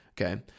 Okay